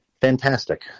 fantastic